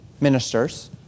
Ministers